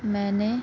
میں نے